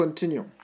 Continue